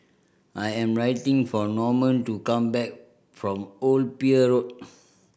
I am waiting for Norman to come back from Old Pier Road